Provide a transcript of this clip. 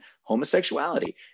homosexuality